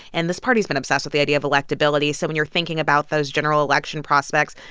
and this party's been obsessed with the idea of electability, so when you're thinking about those general election prospects,